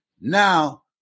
Now